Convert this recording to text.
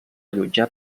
allotjar